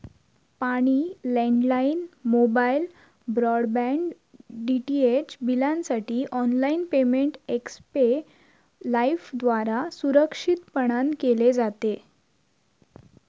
पाणी, landline, mobile, broadband, DTH बिलांसाठी online payment Xpay लाइफद्वारा सुरक्षितपणान केले जाते